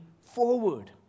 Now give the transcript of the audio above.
forward